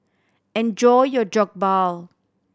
enjoy your Jokbal